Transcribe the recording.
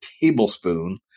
tablespoon